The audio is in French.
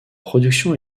production